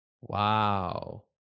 Wow